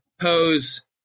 pose